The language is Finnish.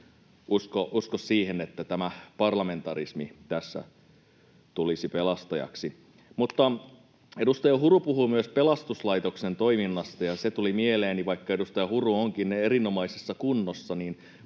usko siihen, että tämä parlamentarismi tässä tulisi pelastajaksi. Edustaja Huru puhui myös pelastuslaitoksen toiminnasta, ja se tuli mieleeni — vaikka edustaja Huru onkin erinomaisessa kunnossa